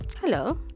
hello